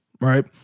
right